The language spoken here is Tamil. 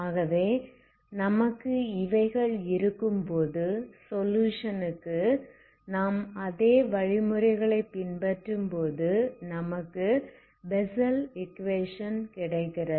ஆகவே நமக்கு இவைகள் இருக்கும்போது சொலுயுஷன் க்கு நாம் அதே வழிமுறைகளை பின்பற்றும்போது நமக்கு பெசல் ஈக்குவேஷன் கிடைக்கிறது